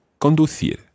Conducir